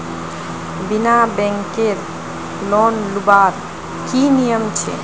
बिना बैंकेर लोन लुबार की नियम छे?